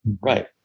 Right